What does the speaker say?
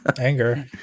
anger